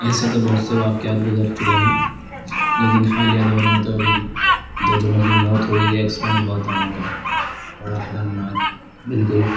ایسے تو بہت سے واقعات گزر چکے ہیں لیکن حالیہ دور میں تو ابھی دو جنوں کی موت ہو گئی ہے ایکسیڈنٹ ہوا تھا ان کا بڑا خطرناک بالکل